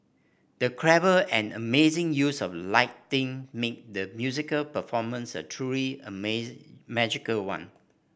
the clever and amazing use of lighting made the musical performance a truly magical one